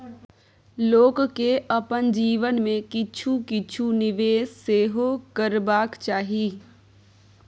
लोककेँ अपन जीवन मे किछु किछु निवेश सेहो करबाक चाही